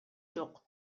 жок